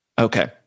Okay